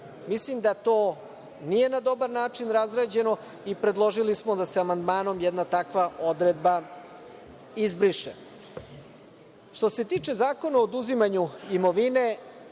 Mislim da to nije na dobar način razrađeno i predložili smo da se amandmanom jedna takva odredba izbriše. Što se tiče Zakona o oduzimanju imovine,